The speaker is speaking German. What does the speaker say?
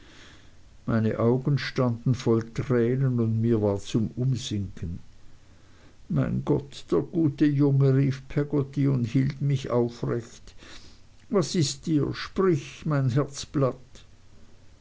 meine augen standen voll tränen und mir war zum umsinken mein gott der gute junge rief peggotty und hielt mich aufrecht was ist dir sprich mein herzblatt